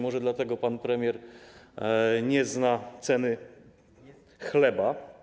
Może dlatego pan premier nie zna ceny chleba.